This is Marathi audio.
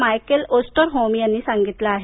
मायकेल ओस्टरहोम यांनी सांगितलं आहे